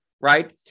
Right